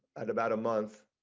and about a month.